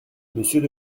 monsieur